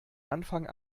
anfang